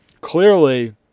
Clearly